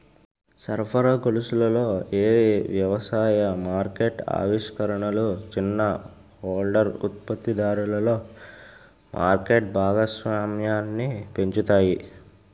సరఫరా గొలుసులలో ఏ వ్యవసాయ మార్కెట్ ఆవిష్కరణలు చిన్న హోల్డర్ ఉత్పత్తిదారులలో మార్కెట్ భాగస్వామ్యాన్ని పెంచుతాయి?